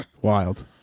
Wild